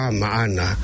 maana